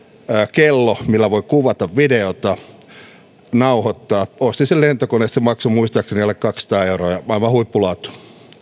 kello millä voi kuvata videota nauhoittaa ostin sen lentokoneesta se maksoi muistaakseni alle kaksisataa euroa ja on aivan huippulaatua